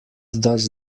does